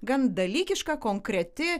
gan dalykiška konkreti